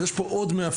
אז יש פה עוד מאפיין.